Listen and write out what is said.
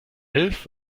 elf